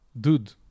dude